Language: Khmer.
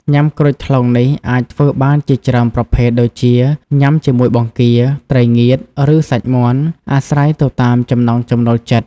ញាំក្រូចថ្លុងនេះអាចធ្វើបានជាច្រើនប្រភេទដូចជា ញាំជាមួយបង្គា ត្រីងៀត ឬសាច់មាន់ អាស្រ័យទៅតាមចំណង់ចំណូលចិត្ត។